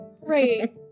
Right